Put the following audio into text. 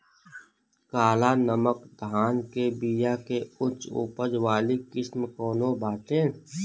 काला नमक धान के बिया के उच्च उपज वाली किस्म कौनो बाटे?